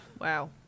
Wow